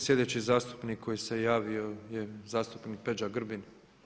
Sljedeći zastupnik koji se javio je zastupnik Peđa Grbin.